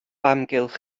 amgylch